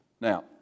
Now